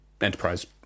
enterprise